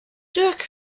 dirk